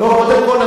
אחמד טיבי